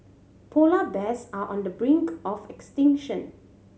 polar bears are on the brink of extinction